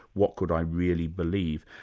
what could i really believe?